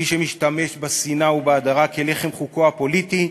מי שמשתמש בשנאה ובהדרה כלחם חוקו הפוליטי,